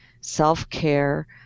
self-care